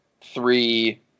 three